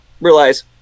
realize